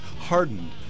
hardened